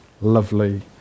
lovely